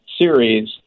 series